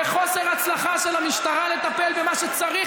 בחוסר הצלחה של המשטרה לטפל במה שצריך